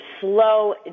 slow